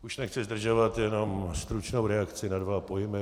Už nechci zdržovat, jenom stručnou reakci na dva pojmy.